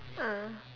ah